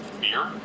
beer